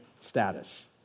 Status